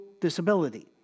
disability